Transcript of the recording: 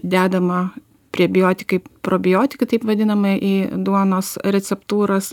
dedama prebijotikai probiotikai taip vadinami į duonos receptūras